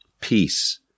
Peace